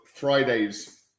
Friday's